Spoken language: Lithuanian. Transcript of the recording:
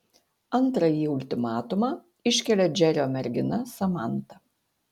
antrąjį ultimatumą iškelia džerio mergina samanta